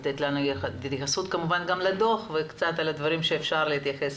שתתייחס כמובן גם לדו"ח וקצת על הדברים שאפשר להתייחס